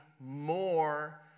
more